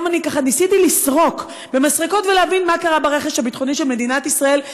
היום ניסיתי לסרוק במסרקות ולהבין מה קרה ברכש הביטחוני של מדינת ישראל,